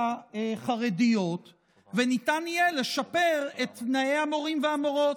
החרדיות וניתן יהיה לשפר את תנאי המורים והמורות.